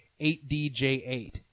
8DJ8